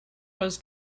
was